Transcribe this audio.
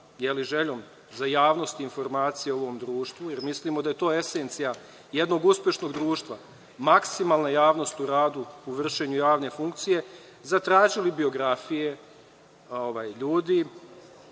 našom željom za javnost informacija u ovom društvu, jer mislimo da je to esencija jednog uspešnog društva, maksimalna javnost u radu u vršenju javne funkcije, zatražili biografije ljudi